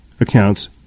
accounts